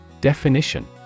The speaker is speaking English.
Definition